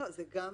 גם וגם,